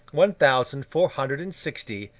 one thousand four hundred and sixty,